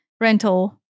rental